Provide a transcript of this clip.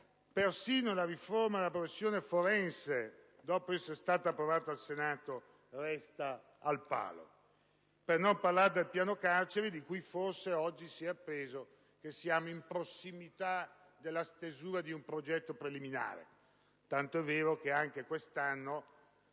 Persino la riforma della professione forense, dopo essere stata approvata dal Senato, resta al palo. Per non parlare del piano carceri, circa il quale forse oggi si è appreso che siamo in prossimità della stesura di un progetto preliminare, tant'è vero che anche quest'anno